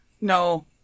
No